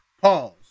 Pause